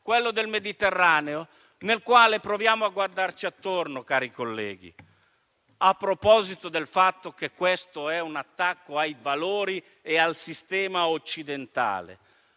quello del Mediterraneo, nel quale proviamo a guardarci attorno, cari colleghi, a proposito del fatto che questo è un attacco ai valori e al sistema occidentale.